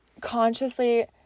consciously